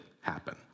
happen